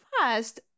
first